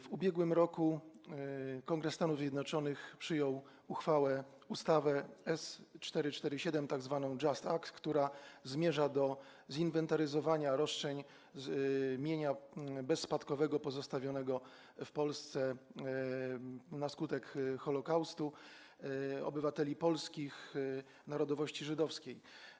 W ubiegłym roku Kongres Stanów Zjednoczonych przyjął ustawę 447, tzw. JUST Act, która zmierza do zinwentaryzowania roszczeń co do mienia bezspadkowego pozostawionego w Polsce na skutek Holokaustu obywateli polskich narodowości żydowskiej.